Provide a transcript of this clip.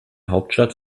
hauptstadt